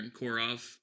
Korov